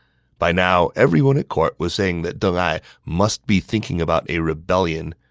by now, everyone at court was saying that deng ai must be thinking about a rebellion,